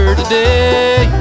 today